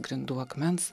grindų akmens